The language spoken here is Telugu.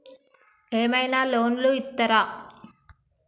ఏమైనా లోన్లు ఇత్తరా?